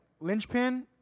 linchpin